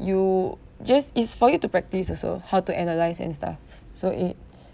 you just is for you to practise also how to analyse and stuff so in